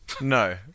No